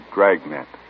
Dragnet